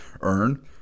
earn